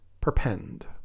perpend